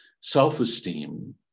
self-esteem